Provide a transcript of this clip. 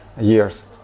years